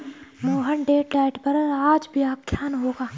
मोहन डेट डाइट पर आज व्याख्यान होगा